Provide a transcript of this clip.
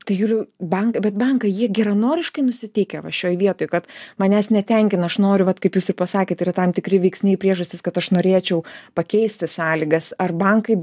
tai juliau bankai bet bankai jie geranoriškai nusiteikę va šioj vietoj kad manęs netenkina aš noriu vat kaip jūs ir pasakėt yra tam tikri veiksniai priežastys kad aš norėčiau pakeisti sąlygas ar bankai